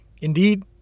Indeed